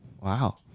Wow